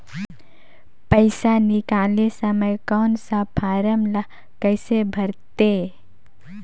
पइसा निकाले समय कौन सा फारम ला कइसे भरते?